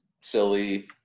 silly